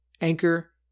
Anchor